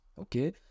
okay